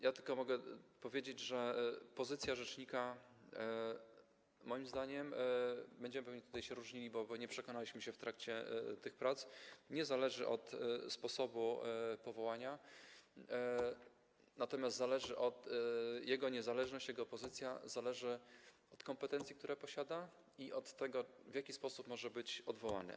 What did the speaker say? Ja tylko mogę powiedzieć, że pozycja rzecznika moim zdaniem - będziemy pewnie tutaj się różnili, bo nie przekonaliśmy się w trakcie tych prac - nie zależy od sposobu powołania, natomiast jego niezależność, jego pozycja zależą od kompetencji, które posiada, i od tego, w jaki sposób może być odwołany.